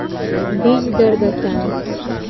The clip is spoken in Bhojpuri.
बीज दर बताई?